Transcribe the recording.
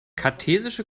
kartesische